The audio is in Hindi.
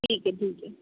ठीक है ठीक है